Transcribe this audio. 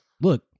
look